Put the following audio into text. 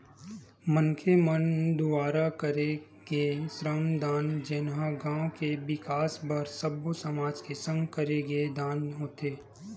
मनखे मन दुवारा करे गे श्रम दान जेनहा गाँव के बिकास बर सब्बो समाज के संग करे गे दान होथे